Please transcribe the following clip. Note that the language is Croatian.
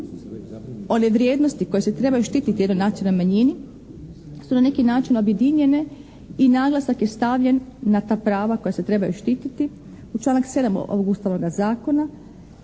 one vrijednosti koje se trebaju štititi u jednoj nacionalnoj manjini su na neki način objedinjene i naglasak je stavljen na ta prava koja se trebaju štititi. U članak 7. ovog Ustavnoga zakona